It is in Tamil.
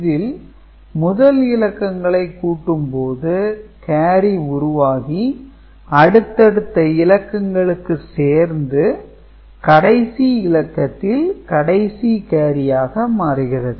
இதில் முதல் இலக்கங்களை கூட்டும் போது கேரி உருவாகி அடுத்தடுத்த இலக்கங்களுக்கு சேர்ந்து கடைசி இலக்கத்தில் கடைசி கேரியாக மாறுகிறது